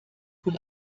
wohl